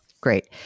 Great